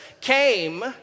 came